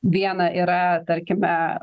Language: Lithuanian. viena yra tarkime